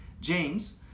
James